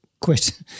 quit